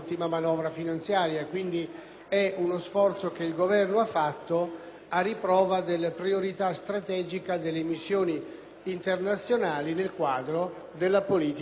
a riprova della priorità strategica delle missioni internazionali nel quadro della politica estera del nostro Paese.